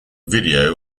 video